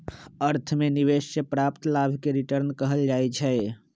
अर्थ में निवेश से प्राप्त लाभ के रिटर्न कहल जाइ छइ